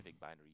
binary